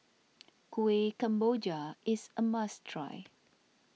Kuih Kemboja is a must try